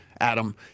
Adam